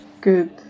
Good